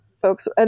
folks